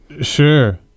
Sure